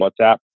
WhatsApp